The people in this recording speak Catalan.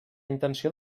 intenció